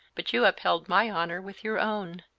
but you upheld my honor with your own.